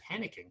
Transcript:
panicking